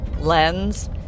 lens